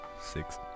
Six